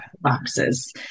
boxes